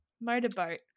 motorboat